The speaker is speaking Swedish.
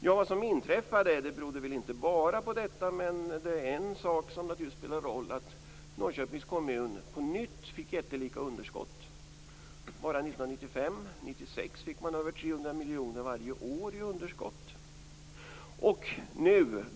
Det som inträffade berodde väl inte enbart på detta, men en sak som naturligtvis spelar roll är att Norrköpings kommun på nytt fick jättelika underskott. Enbart 1995 och 1996 fick man över 300 miljoner i underskott varje år.